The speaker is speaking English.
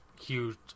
huge